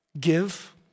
give